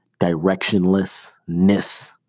directionlessness